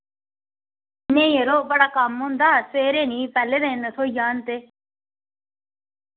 नेईं यरो बड़ा कम्म होंदा सवेरे निं पैह्ले दिन थ्होई जान ते